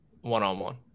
one-on-one